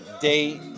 date